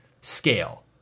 scale